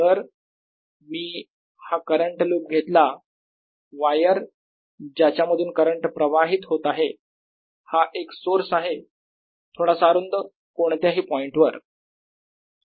जर मी हा करंट लूप घेतला वायर ज्याच्या मधून करंट प्रवाहित होत आहे हा एक सोर्स आहे थोडासा अरुंद कोणत्याही पॉईंटवर